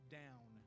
down